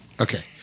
Okay